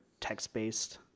text-based